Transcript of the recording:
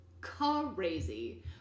crazy